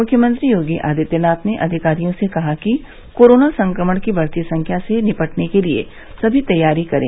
मुख्यमंत्री योगी आदित्यनाथ ने अधिकारियों से कहा है कि कोरोना संक्रमण की बढ़ती संख्या से निपटने के लिए सभी तैयारी करें